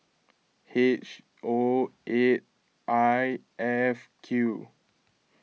H O eight I F Q